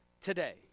today